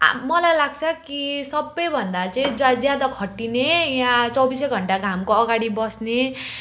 मलाई लाग्छ कि सबैभन्दा चाहिँ ज ज्यादा खटिने यहाँ चौबिसै घन्टा घामको अगाडि बस्ने